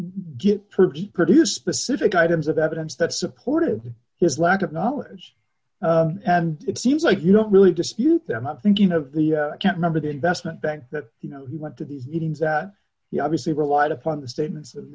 pervy produce specific items of evidence that supported his lack of knowledge and it seems like you don't really dispute that not thinking of the can't remember the investment bank that you know he went to these meetings that he obviously relied upon the statements